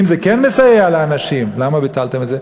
אם זה כן מסייע לאנשים, למה ביטלתם את זה?